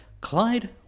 Clyde